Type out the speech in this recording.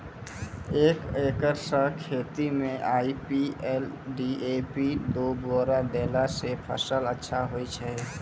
एक एकरऽ खेती मे आई.पी.एल डी.ए.पी दु बोरा देला से फ़सल अच्छा होय छै?